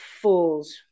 fools